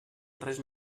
res